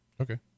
Okay